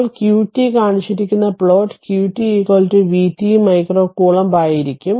ഇപ്പോൾ qt കാണിച്ചിരിക്കുന്ന plot qt vt micro coulomb ആയിരിക്കും